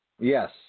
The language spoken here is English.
Yes